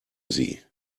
sie